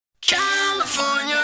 California